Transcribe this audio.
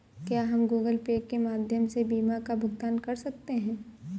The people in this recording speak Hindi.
क्या हम गूगल पे के माध्यम से बीमा का भुगतान कर सकते हैं?